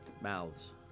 mouths